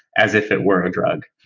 as if it were a drug.